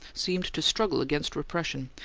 seemed to struggle against repression,